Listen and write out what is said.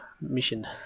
mission